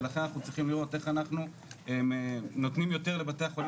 ולכן אנחנו צריכים לראות איך אנחנו נותנים יותר לבתי החולים